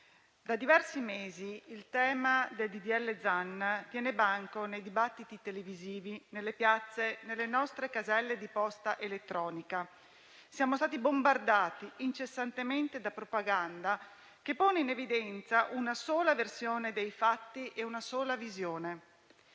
da diversi mesi il tema del disegno di legge Zan tiene banco nei dibattiti televisivi, nelle piazze, nelle nostre caselle di posta elettronica. Siamo stati bombardati incessantemente da propaganda che pone in evidenza una sola versione dei fatti e una sola visione.